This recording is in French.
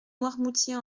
noirmoutier